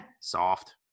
soft